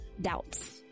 doubts